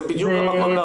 זה בדיוק המקום להרחיב.